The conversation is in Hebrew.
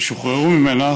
ששוחררו ממנה,